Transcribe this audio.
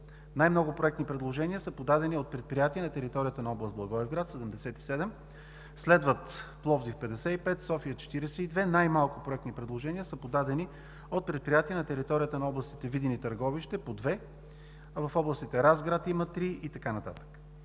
Най-много проектни предложения са подадени от предприятия на територията на област Благоевград – 77; следват Пловдив – 55; София – 42. Най-малко проектни предложения са подадени от предприятия на територията на областите Видин и Търговище – по две; в област Разград – 3 и така нататък.